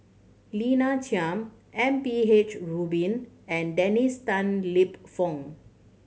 Lina Chiam M P H Rubin and Dennis Tan Lip Fong